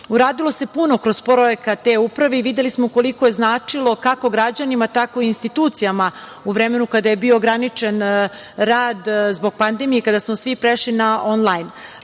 Uradilo se puno kroz projekat e-uprave i videli smo koliko je značilo, kako građanima, tako i institucijama u vremenu kada je bio ograničen rad zbog pandemije, kada smo svi prešli na onlajn.